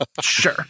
sure